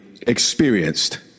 experienced